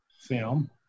film